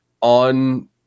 on